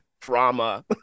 drama